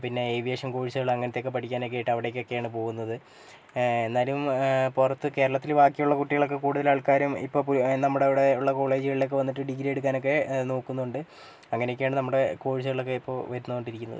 പിന്നെ ഏവിയേഷൻ കോഴ്സുകൾ അങ്ങനത്തെയൊക്കെ പഠിക്കാനൊക്കെ അവിടേയ്ക്ക് ഒക്കെയാണ് പോകുന്നത് എന്നാലും പുറത്ത് കേരളത്തിൽ ബാക്കിയുള്ള കുട്ടികളൊക്കെ കൂടുതൽ ആൾക്കാരും ഇപ്പോൾ നമ്മുടെ ഇവിടെയുള്ള കോളേജുകളിലൊക്കെ വന്നിട്ട് ഡിഗ്രി എടുക്കാനൊക്കെ നോക്കുന്നുണ്ട് അങ്ങനെയൊക്കെയാണ് നമ്മുടെ കോഴ്സുകളൊക്കെ ഇപ്പോൾ വരുന്നുകൊണ്ടിരിക്കുന്നത്